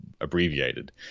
abbreviated